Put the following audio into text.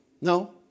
No